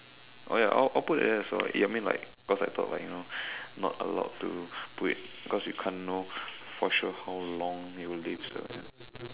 oh ya I'll I'll put that there as well ya I mean like cause I thought like you know not allowed to put it cause you can't know for sure how long it will